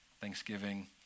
thanksgiving